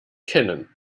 kennen